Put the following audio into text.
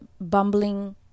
bumbling